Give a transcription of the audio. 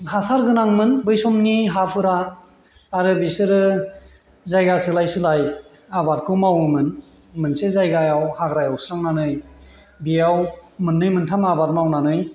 हासारगोनांमोन बै समनि हाफोरा आरो बिसोरो जायगा सोलाय सोलाय आबादखौ मावोमोन मोनसे जायगायाव हाग्रा एवस्रांनानै बेयाव मोननै मोनथाम आबाद मावनानै